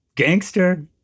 Gangster